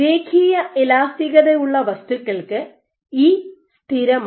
രേഖീയ ഇലാസ്റ്റികത ഉള്ള വസ്തുക്കൾക്ക് ഇ സ്ഥിരമാണ്